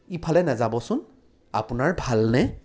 ইফালে নাযাবচোন আপোনাৰ ভালনে